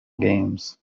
games